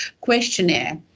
questionnaire